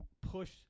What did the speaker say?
push